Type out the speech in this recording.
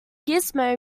gizmo